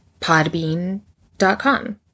podbean.com